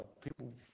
People